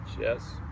yes